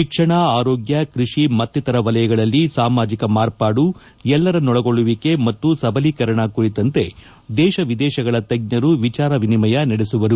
ಶಿಕ್ಷಣ ಅರೋಗ್ಯ ಕೃಷಿ ಮತ್ತಿತರ ವಲಯಗಳಲ್ಲಿ ಸಾಮಾಜಿಕ ಮಾರ್ಪಾಡು ಎಲ್ಲರನ್ನೊಳಗೊಳ್ಳುವಿಕೆ ಮತ್ತು ಸಬಲೀಕರಣ ಕುರಿತಂತೆ ದೇಶ ವಿದೇಶಗಳ ತಜ್ಞರು ವಿಚಾರ ವಿನಿಮಯ ನಡೆಸುವರು